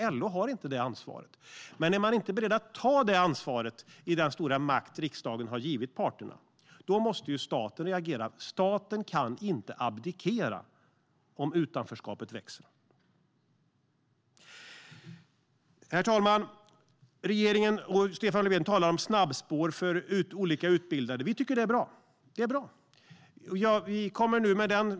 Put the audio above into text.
Är parterna inte beredda att ta det här ansvaret, med den stora makt som riksdagen har givit dem, måste staten agera. Staten kan inte abdikera om utanförskapet växer. Herr talman! Regeringen och Stefan Löfven talar om snabbspår för människor genom olika utbildningar. Vi tycker att det är bra.